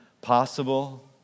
possible